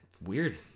Weird